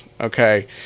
Okay